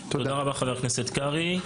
תודה רבה חבר הכנסת קרעי.